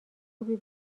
خوبی